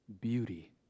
Beauty